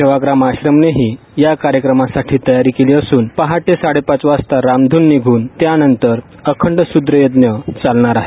सेवाग्राम आश्रमनेही या कार्यक्रमासाठी तयारी केली असून पहाटे साडेपाच वाजता रामधून निघून त्यानंतर अखंड सूत्रयज्ञ आहे